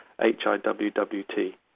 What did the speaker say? H-I-W-W-T